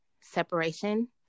separation